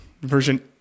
version